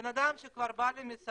בן אדם שכבר בא למסעדה